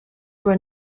were